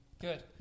Good